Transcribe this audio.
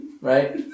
Right